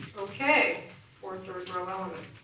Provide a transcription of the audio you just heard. okay for a third-row element.